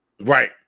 right